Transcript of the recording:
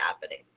happening